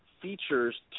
features